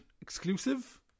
exclusive